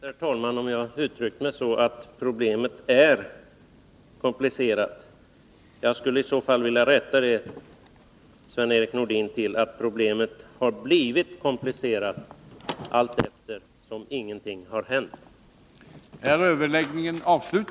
Herr talman! Jag vet inte om jag uttryckte mig så, att problemet är komplicerat. Jag vill i så fall, Sven-Erik Nordin, rätta det till att problemet har blivit komplicerat, eftersom ingenting har hänt.